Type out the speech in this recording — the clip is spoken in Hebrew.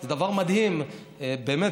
זה דבר מדהים, באמת.